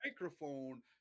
microphone